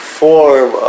form